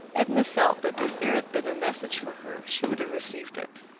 edna felt that if there had been a message for her, she would have received it.